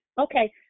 okay